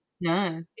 No